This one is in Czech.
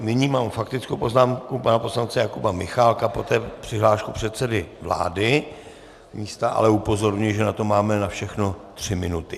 Nyní mám faktickou poznámku pana poslance Jakuba Michálka, poté přihlášku předsedy vlády z místa, ale upozorňuji, že na to všechno máme tři minuty.